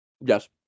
Yes